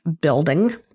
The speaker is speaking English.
building